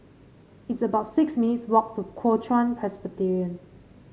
it's about six minutes' walk to Kuo Chuan Presbyterian